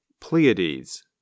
Pleiades